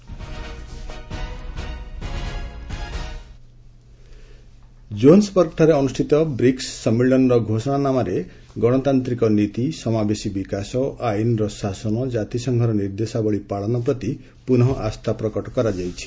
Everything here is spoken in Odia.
ପିଏମ୍ ବ୍ରିକ୍ସ ଜୋହାନ୍ପବର୍ଗଠାରେ ଅନୁଷ୍ଠିତ ବ୍ରିକ୍ସ ସମ୍ମିଳନୀର ଘୋଷଣାନାମାରେ ଗଣତାନ୍ତିକ ନୀତି ସମାବେଶୀ ବିକାଶ ଆଇନ୍ର ଶାସନ ଜାତିସଂଘର ନିର୍ଦ୍ଦେଶାବଳୀ ପାଳନ ପ୍ରତି ପୁନଃ ଆସ୍ଥାପ୍ରକଟ କରାଯାଇଛି